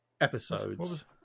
Episodes